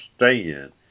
understand